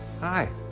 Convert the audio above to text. Hi